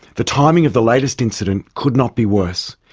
the timing of the latest incident could not be worse.